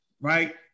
right